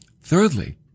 thirdly